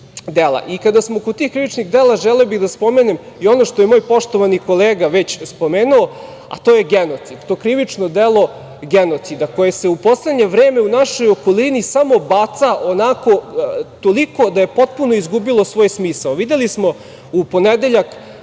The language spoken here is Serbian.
dela. Kada smo kod tih krivičnih dela želeo bih da spomenem i ono što je moj poštovani kolega već spomenuo, a to je genocid, to krivično delo genocida koje se u poslednje vreme u našoj okolini samo baca onako, toliko da je potpuno izgubilo svoj smisao.